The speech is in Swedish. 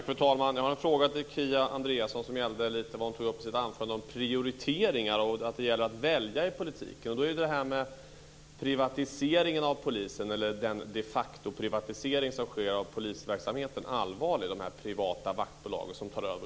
Fru talman! Jag har en fråga till Kia Andreasson. Det gäller prioriteringar och att man ska välja i politiken. Då är den de facto-privatisering som sker av polisverksamheten allvarlig, när privata vaktbolag tar över.